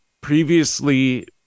previously